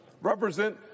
represent